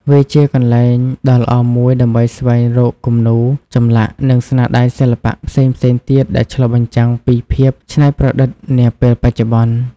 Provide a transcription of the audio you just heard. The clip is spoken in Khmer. វាជាកន្លែងដ៏ល្អមួយដើម្បីស្វែងរកគំនូរ ចម្លាក់ និងស្នាដៃសិល្បៈផ្សេងៗទៀតដែលឆ្លុះបញ្ចាំងពីភាពច្នៃប្រឌិតនាពេលបច្ចុប្បន្ន។